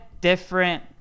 different